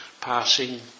passing